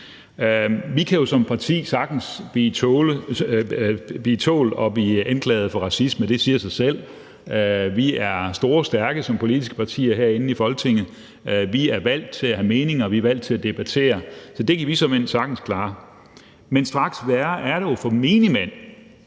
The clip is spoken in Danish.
Vi kan jo som parti sagtens tåle at blive anklaget for racisme. Det siger sig selv. Vi er store og stærke som politiske partier herinde i Folketinget. Vi er valgt til at have meninger, vi er valgt til at debattere, så det kan vi såmænd sagtens klare. Men det er straks værre for menigmand